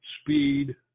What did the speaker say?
speed